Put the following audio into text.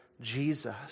Jesus